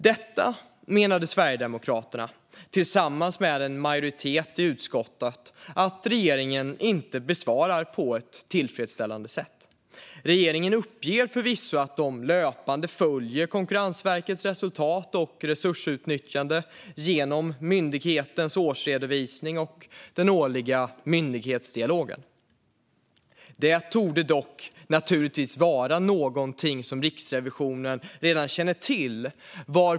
Detta, menade Sverigedemokraterna tillsammans med en majoritet i utskottet, besvarar inte regeringen på ett tillfredsställande sätt. Regeringen uppger förvisso att man löpande följer Konkurrensverkets resultat och resursutnyttjande genom myndighetens årsredovisning och den årliga myndighetsdialogen. Detta torde dock naturligtvis vara någonting som Riksrevisionen redan känner till.